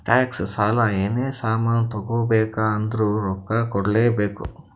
tax, ಸಾಲ, ಏನೇ ಸಾಮಾನ್ ತಗೋಬೇಕ ಅಂದುರ್ನು ರೊಕ್ಕಾ ಕೂಡ್ಲೇ ಬೇಕ್